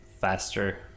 faster